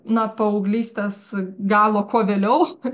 na paauglystės galo ko vėliau